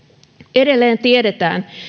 edelleen tiedetään